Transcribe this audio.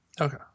okay